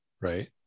right